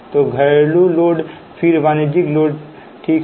तो घरेलू लोड फिर वाणिज्यिक लोड ठीक है